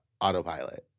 autopilot